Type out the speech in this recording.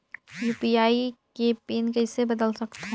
UPI के PIN कइसे बदल सकथव?